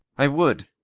i would,